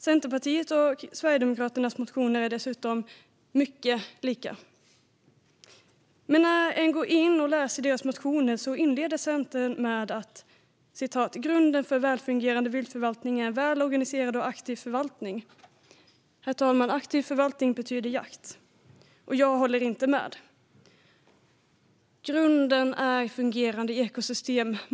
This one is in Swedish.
Centerpartiets och Sverigedemokraternas motioner är dessutom mycket lika. Men när en går in och läser deras motioner ser en att Centern inleder med: "Grunden för en välfungerande viltförvaltning är en välorganiserad och aktiv jägarkår." En aktiv jägarkår betyder jakt. Jag håller inte med. Grunden är fungerande ekosystem.